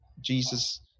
Jesus